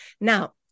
now